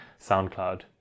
SoundCloud